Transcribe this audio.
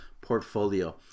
portfolio